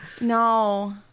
No